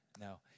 No